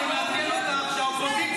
לא הבנתי.